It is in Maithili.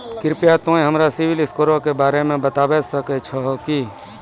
कृपया तोंय हमरा सिविल स्कोरो के बारे मे बताबै सकै छहो कि?